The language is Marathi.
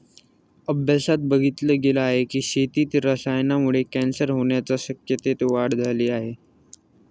अभ्यासात बघितल गेल आहे की, शेतीत रसायनांमुळे कॅन्सर होण्याच्या शक्यतेत वाढ झाली आहे